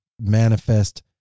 manifest